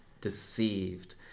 deceived